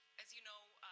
as you know,